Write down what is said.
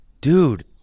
Dude